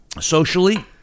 socially